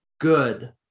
good